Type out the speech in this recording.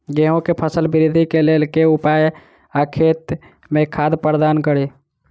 गेंहूँ केँ फसल वृद्धि केँ लेल केँ उपाय आ खेत मे खाद प्रदान कड़ी?